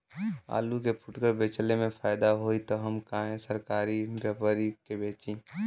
आलू के फूटकर बेंचले मे फैदा होई त हम काहे सरकारी व्यपरी के बेंचि?